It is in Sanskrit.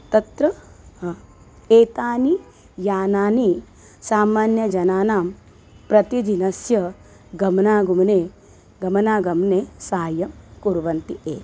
तत्र एतानि यानानि सामान्यजनानां प्रतिदिनस्य गमनागमने गमनागमने सहाय्यं कुर्वन्ति एव